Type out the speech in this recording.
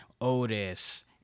Otis